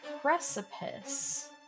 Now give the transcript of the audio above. precipice